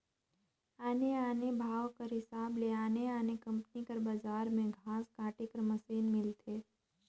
आने आने भाव कर हिसाब ले आने आने कंपनी कर बजार में घांस काटे कर मसीन मिलथे